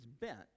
bent